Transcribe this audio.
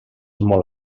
molt